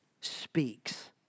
speaks